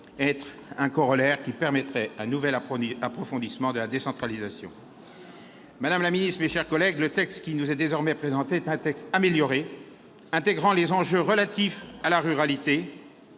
comme son corollaire, qui permettrait un nouvel approfondissement de la décentralisation. Très bien ! Madame la ministre, mes chers collègues, le texte qui nous est désormais présenté est amélioré, intégrant les enjeux relatifs à la ruralité,